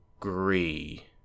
agree